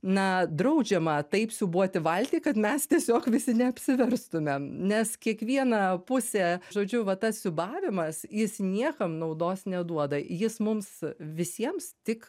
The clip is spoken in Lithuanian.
na draudžiama taip siūbuoti valtį kad mes tiesiog visi neapsiverstumėm nes kiekviena pusė žodžiu va tas siūbavimas jis niekam naudos neduoda jis mums visiems tik